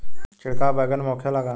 छिड़काव बैगन में होखे ला का?